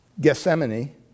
Gethsemane